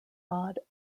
odd